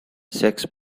sex